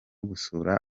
gusura